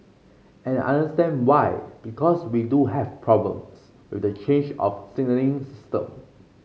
and I understand why because we do have problems with the change of the signalling system